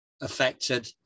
affected